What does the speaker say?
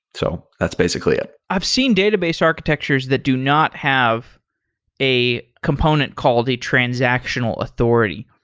so, that's basically it. i've seen database architectures that do not have a component called a transactional authority.